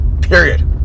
period